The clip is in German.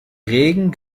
regen